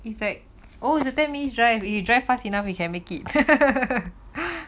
it's like oh is the ten minutes drive you drive fast enough you can make it